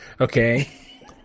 Okay